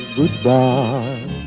goodbye